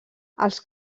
als